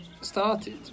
started